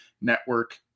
Network